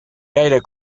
gaire